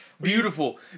Beautiful